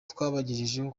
twabagejejeho